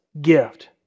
gift